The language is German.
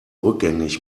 rückgängig